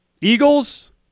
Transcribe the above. Eagles